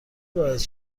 باعث